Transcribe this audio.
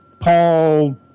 Paul